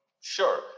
Sure